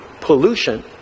pollution